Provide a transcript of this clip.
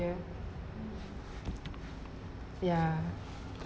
ya